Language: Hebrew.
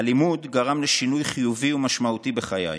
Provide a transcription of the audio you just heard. הלימוד גרם לשינוי חיובי ומשמעותי בחיי,